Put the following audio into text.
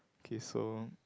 kay so